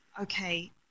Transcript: okay